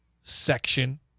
section